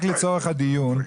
רק לצורך הדיון,